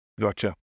Gotcha